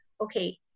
okay